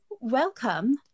welcome